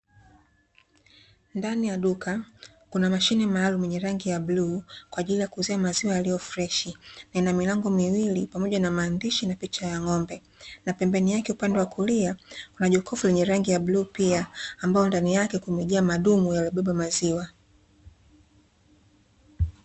Ndani ya duka kuna mashine maalumu yenye rangi ya bluu, kwa ajili ya kuuzia maziwa yaliyo freshi, ina milango miwili pamoja na maandishi na picha ya ng'ombe. Na pembeni yake upande wa kulia, kuna jokofu lenye rangi ya bluu pia, ambalo ndani yake kumejaa madumu yaliyobeba maziwa.